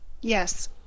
Yes